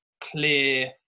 clear